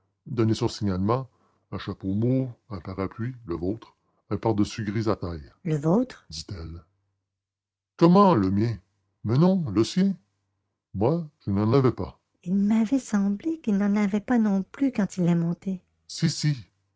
donnez son signalement un chapeau mou un parapluie le vôtre un pardessus gris à taille le vôtre dit-elle comment le mien mais non le sien moi je n'en avais pas il m'avait semblé qu'il n'en avait pas non plus quand il est monté si si